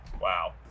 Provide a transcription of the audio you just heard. Wow